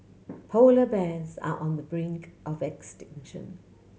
polar bears are on the brink of extinction